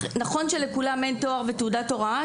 נכון שלכולם אין תואר ותעודת הוראה,